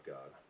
God